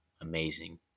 Amazing